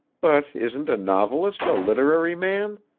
but isn't a novelist a literary man?